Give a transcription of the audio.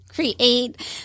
create